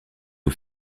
aux